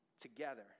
together